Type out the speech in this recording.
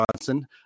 Johnson